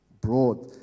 Broad